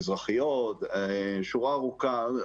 מזרחיות ועוד שורה ארוכה של דברים,